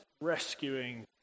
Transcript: rescuing